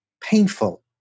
painful